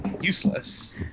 useless